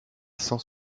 cent